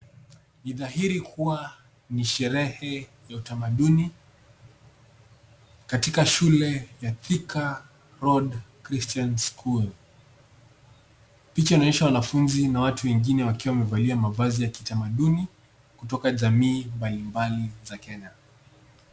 Ni dhahiri kuwa ni sherehe ya utamaduni, katika shule ya Thika Road Christian School. Picha inaonyesha wanafunzi, na watu wengine wakiwa wamevalia mavazi ya kitamaduni, kutoka jamii mbalimbali za Kenya.